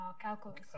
calculus